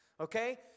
Okay